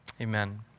amen